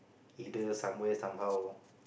either somewhere somehow